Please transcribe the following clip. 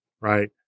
right